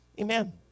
Amen